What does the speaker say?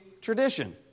tradition